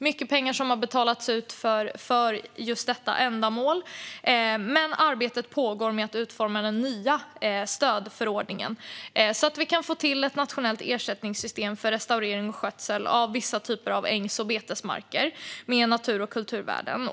Mycket pengar har alltså betalats ut för just detta ändamål. Arbete pågår med att utforma den nya stödförordningen så att vi kan få till ett nationellt ersättningssystem för restaurering och skötsel av vissa typer av ängs och betesmarker med natur och kulturvärden.